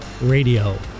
Radio